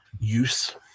use